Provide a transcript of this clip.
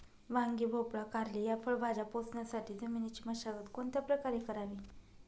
वांगी, भोपळा, कारली या फळभाज्या पोसण्यासाठी जमिनीची मशागत कोणत्या प्रकारे करावी लागेल?